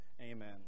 amen